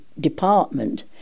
department